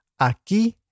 Aquí